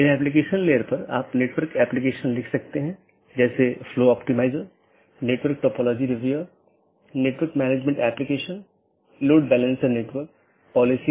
इसलिए अगर हम फिर से इस आंकड़े पर वापस आते हैं तो यह दो BGP स्पीकर या दो राउटर हैं जो इस विशेष ऑटॉनमस सिस्टमों के भीतर राउटरों की संख्या हो सकती है